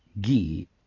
ghee